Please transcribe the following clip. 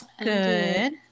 good